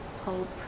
hope